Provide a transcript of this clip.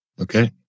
Okay